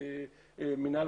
שם נמצא